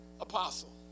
apostle